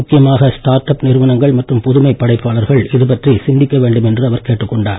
முக்கியமாக start up நிறுவனங்கள் மற்றும் புதுமைப் படைப்பாளர்கள் இது பற்றி சிந்திக்க வேண்டும் என்று அவர் கேட்டுக் கொண்டார்